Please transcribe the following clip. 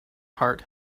heart